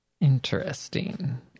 Interesting